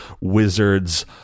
wizards